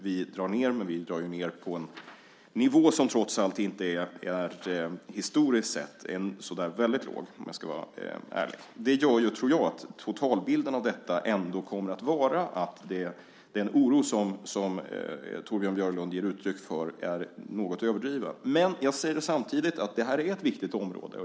Vi drar ned, men vi drar ju ned på en nivå som trots allt, historiskt sett, inte är så väldigt låg, om jag ska vara ärlig. Det gör, tror jag, att totalbilden av detta ändå kommer att vara att den oro som Torbjörn Björlund ger uttryck för är något överdriven. Men jag säger samtidigt att det här är ett viktigt område.